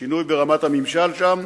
שינוי ברמת הממשל שם,